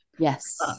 Yes